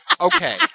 Okay